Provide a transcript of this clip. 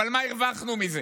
אבל מה הרווחנו מזה?